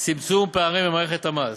צמצום פערים במערכת המס,